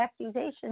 accusations